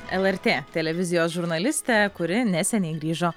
lrt televizijos žurnalistė kuri neseniai grįžo